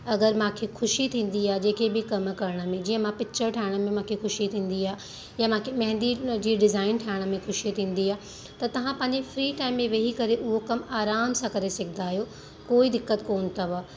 अगरि मूंखे ख़ुशी थींदी आहे जेकी बि कम करण में जीअं मां पिच्चर ठाहिण में मूंखे ख़ुशी थींदी आहे या मूंखे मेहंदी जी डिज़ाइन ठाहिण में ख़ुशी थींदी आहे त तव्हां पंहिंजे फ़्री टाइम में वेही करे उहो कम आराम सां करे सघंदा आयो कोई दिक़त कोन अथव